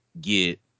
Get